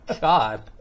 God